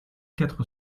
quatre